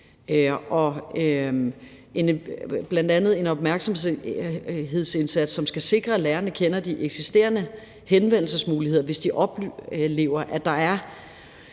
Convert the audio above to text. bl.a. en opmærksomhedsindsats, som skal sikre, at lærerne kender de eksisterende henvendelsesmuligheder, hvis de oplever, at der er